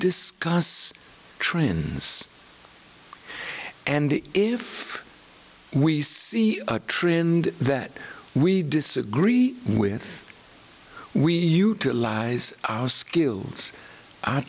discuss trends and if we see a trend that we disagree with we utilize our skills